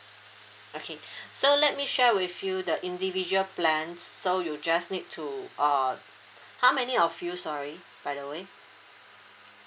okay so let me share with you the individual plans so you just need to uh how many of you sorry by the way